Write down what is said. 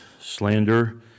slander